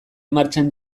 martxan